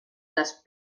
les